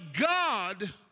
God